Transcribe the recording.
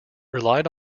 relied